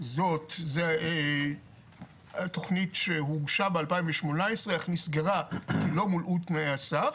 זו התכנית שהוגשה ב-2018 אך נסגרה משום שלא מולאו תנאי הסף,